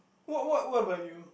what what what about you